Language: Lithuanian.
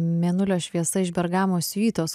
mėnulio šviesa iš bergamo siuitos